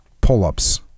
Pull-ups